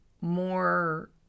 more